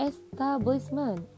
Establishment